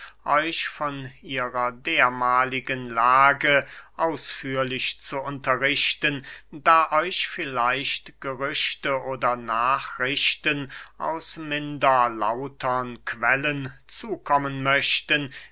euch von ihrer dermahligen lage ausführlich zu unterrichten da euch vielleicht gerüchte oder nachrichten aus minder lautern quellen zukommen möchten